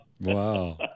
wow